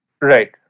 Right